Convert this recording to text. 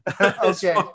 Okay